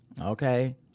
Okay